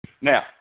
Now